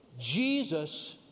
Jesus